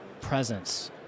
presence